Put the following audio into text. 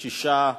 6,